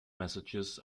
messages